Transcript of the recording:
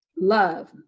love